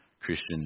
Christian